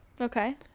Okay